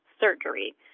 surgery